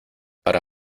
para